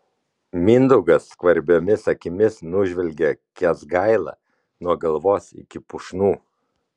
mindaugas skvarbiomis akimis nužvelgia kęsgailą nuo galvos iki pušnų